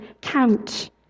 count